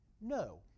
No